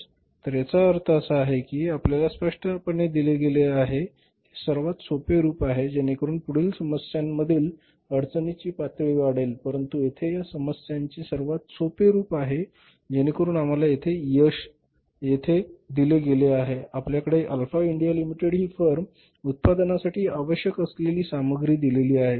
तर याचा अर्थ असा आहे की आपल्याला स्पष्टपणे दिले गेले आहे हे सर्वात सोपे रूप आहे जेणेकरून पुढील समस्यांमधील अडचणीची पातळी वाढेल परंतु येथे या समस्येचे सर्वात सोपे रूप आहे जेणेकरुन आम्हाला येथे दिले गेले आहे आपल्याकडे अल्फा इंडिया लिमिटेड ही फर्म उत्पादनासाठी आवश्यक असलेली सामग्री दिलेली आहे